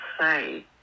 say